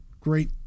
great